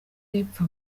y’epfo